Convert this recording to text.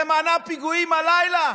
זה מנע פיגועים הלילה?